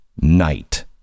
night